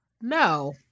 no